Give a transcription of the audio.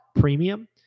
premium